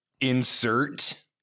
insert